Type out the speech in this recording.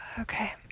Okay